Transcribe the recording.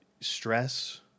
stress